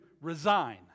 resign